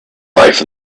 life